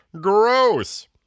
Gross